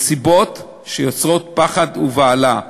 בנסיבות שיוצרות פחד ובהלה.